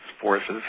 forces